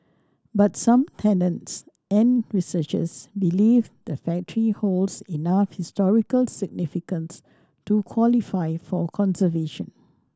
but some tenants and researchers believe the factory holds enough historical significance to qualify for conservation